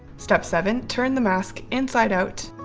step seven. turn the mask inside out